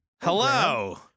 Hello